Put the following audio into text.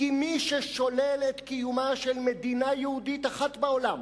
כי מי ששולל את קיומה של מדינה יהודית אחת בעולם